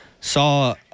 saw